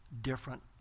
different